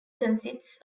consists